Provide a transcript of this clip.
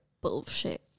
bullshit